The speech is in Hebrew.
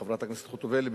חברת הכנסת חוטובלי,